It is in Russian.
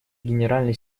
генеральный